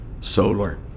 solar